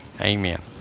Amen